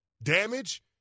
damage